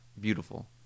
Beautiful